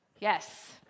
Yes